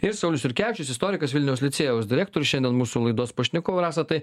ir saulius jurkevičius istorikas vilniaus licėjaus direktorius šiandien mūsų laidos pašnekovai rasa tai